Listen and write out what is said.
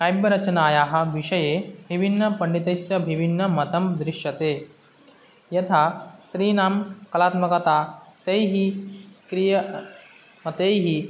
काव्यरचनायाः विषये विभिन्नपण्डितस्य विभिन्नमतं दृश्यते यथा स्त्रीणाम् कलात्मकता तैः क्रीय मतैः